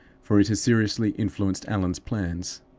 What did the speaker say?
for it has seriously influenced allan's plans.